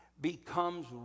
becomes